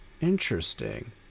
interesting